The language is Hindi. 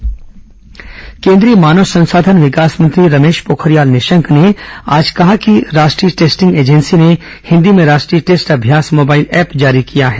मानव संसाधन हिन्दी केंद्रीय मानव संसाधन विकास मंत्री रमेश पोखरियाल निशंक ने आज कहा कि राष्ट्रीय टेस्टिंग एजेंसी ने हिन्दी में राष्ट्रीय टेस्ट अभ्यास मोबाइल ऐप जारी किया है